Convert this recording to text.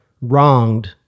wronged